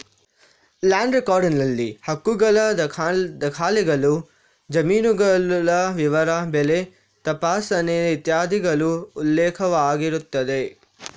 land record ನಲ್ಲಿ ಹಕ್ಕುಗಳ ದಾಖಲೆಗಳು, ಜಮೀನುಗಳ ವಿವರ, ಬೆಳೆ ತಪಾಸಣೆ ಇತ್ಯಾದಿಗಳು ಉಲ್ಲೇಖವಾಗಿರುತ್ತದೆ